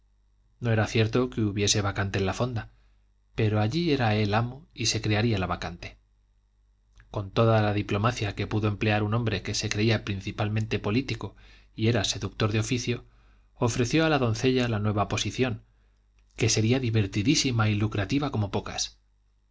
no era cierto que hubiese vacante en la fonda pero allí era él amo y se crearía la vacante con toda la diplomacia que pudo emplear un hombre que se creía principalmente político y era seductor de oficio ofreció a la doncella la nueva posición que sería divertidísima y lucrativa como pocas